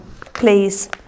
please